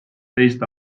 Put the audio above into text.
teist